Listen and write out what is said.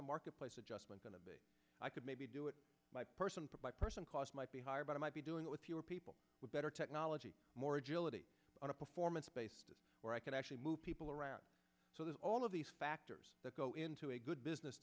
the marketplace adjustment going to be i could maybe do it by person per by person cost might be higher but i might be doing it with fewer people with better technology more agility on a performance space where i can actually move people around so that all of these factors that go into a good business